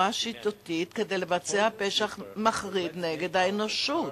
שיטתית כדי לבצע פשע מחריד נגד האנושות,